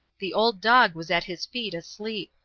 the old dog was at his feet asleep.